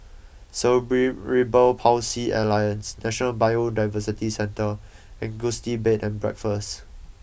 Cerebral Palsy Alliance National Biodiversity Centre and Gusti Bed and Breakfast